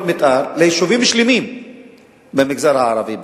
מיתאר ליישובים שלמים במגזר הערבי בנגב,